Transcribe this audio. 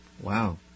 Wow